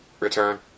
Return